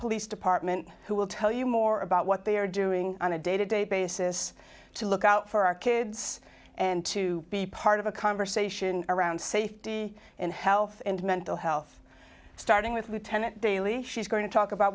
police department who will tell you more about what they are doing on a day to day basis to look out for our kids and to be part of a conversation around safety and health and mental health starting with lieutenant daley she's going to talk about